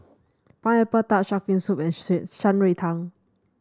Pineapple Tart shark fin soup and Shan Rui Tang